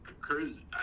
Cruz